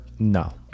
no